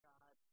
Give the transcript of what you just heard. God